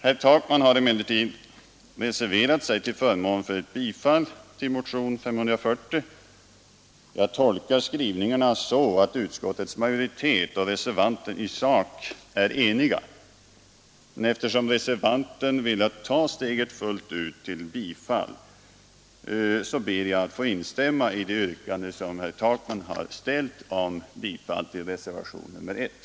Herr Takman har emellertid reserverat sig till förmån för ett bifall till motionen 540. Jag tolkar skrivningarna så, att utskottets majoritet och reservanterna i sak är eniga. Men eftersom reservanten velat ta steget till bifall fullt ut, ber jag att få instämma i det yrkande som herr Takman har framställt om bifall till reservationen 1.